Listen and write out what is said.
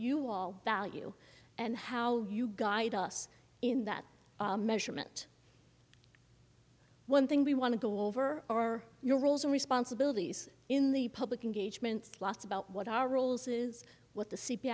you all value and how you guide us in that measurement one thing we want to go over are your roles and responsibilities in the public engagements lots about what our roles is what the c